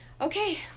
Okay